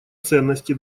ценности